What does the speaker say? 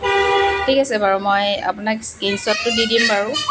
ঠিক আছে বাৰু মই আপোনাক স্ক্ৰিনশ্বটটো দি দিম বাৰু